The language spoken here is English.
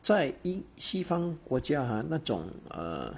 在一西方国家 ah 那种 err